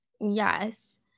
Yes